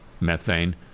methane